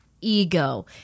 ego